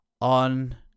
On